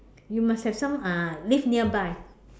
you must have some uh live nearby